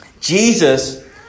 Jesus